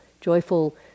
joyful